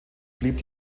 blieb